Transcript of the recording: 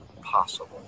possible